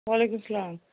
وعلیکُم السلام